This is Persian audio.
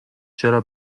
چرا